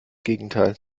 gegenteil